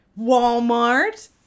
Walmart